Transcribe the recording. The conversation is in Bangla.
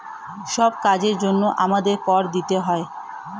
সব কাজের জন্যে আমাদের কর দিতে হয়